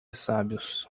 sábios